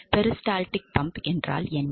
peristaltic pump என்றால் என்ன